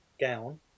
gown